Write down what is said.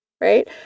right